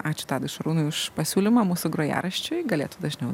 ačiū tadui šarūnui už pasiūlymą mūsų grojaraščiui galėtų dažniau